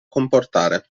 comportare